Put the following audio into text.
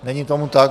Není tomu tak.